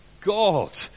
God